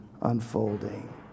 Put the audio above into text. unfolding